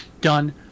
Done